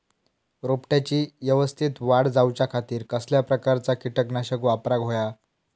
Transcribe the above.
रोपट्याची यवस्तित वाढ जाऊच्या खातीर कसल्या प्रकारचा किटकनाशक वापराक होया?